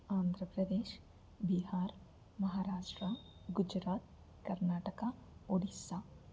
Andhra Pradesh Bihar Maharashtra Gujarat Karnataka Odisha